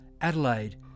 Adelaide